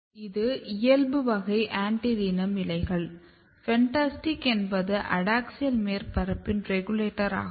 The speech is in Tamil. இது இயல்பு வகை ஆன்டிரிரினம் இலைகள் FANTASTIC என்பது அடாக்ஸியல் மேற்பரப்பின் ரெகுலேட்டர் ஆகும்